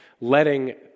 letting